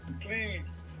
please